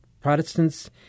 Protestants